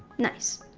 nice.